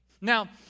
now